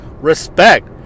Respect